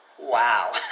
Wow